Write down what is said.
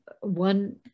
one